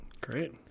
great